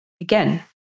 Again